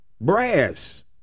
brass